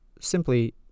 simply